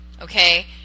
okay